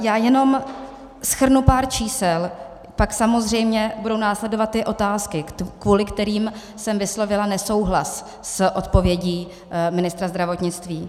Já jenom shrnu pár čísel, pak samozřejmě budou následovat ty otázky, kvůli kterým jsem vyslovila nesouhlas s odpovědí ministra zdravotnictví.